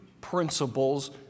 principles